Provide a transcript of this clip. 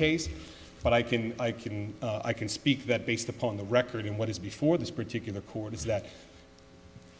case but i can i can i can speak that based upon the record and what is before this particular court is that